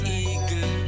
eagle